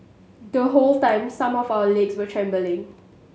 the whole time some of our legs were trembling